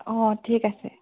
অঁ ঠিক আছে